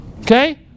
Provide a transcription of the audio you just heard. Okay